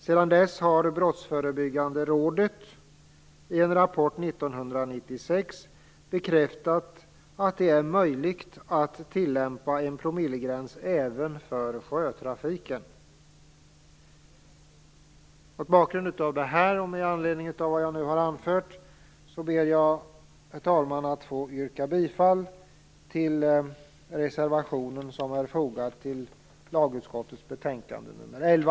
Sedan dess har Brottsförebyggande rådet i en rapport 1996 bekräftat att det är möjligt att tillämpa en promillegräns även för sjötrafiken. Mot bakgrund av detta och med anledning av vad jag nu har anfört ber jag, herr talman, att få yrka bifall till reservationen som är fogad till lagutskottets betänkande nr 11.